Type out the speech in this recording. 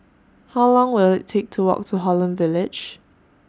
How Long Will IT Take to Walk to Holland Village